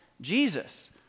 Jesus